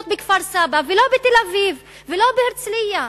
בכפר-סבא ולא בתל-אביב ולא בהרצלייה.